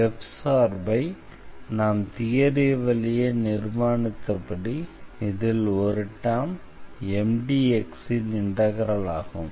f சார்பை நாம் theory வழியே நிர்மாணித்தபடி இதில் ஒரு டெர்ம் Mdxன் இண்டெக்ரல் ஆகும்